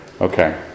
Okay